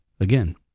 again